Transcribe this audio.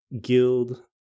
guild